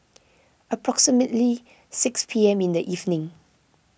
approximately six P M in the evening